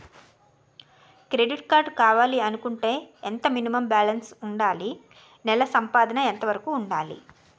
Credit card కావాలి అనుకుంటే ఎంత మినిమం బాలన్స్ వుందాలి? నెల సంపాదన ఎంతవరకు వుండాలి?